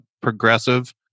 progressive